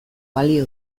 balio